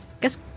Guess